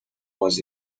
was